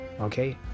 Okay